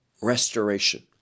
restoration